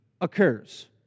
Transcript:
occurs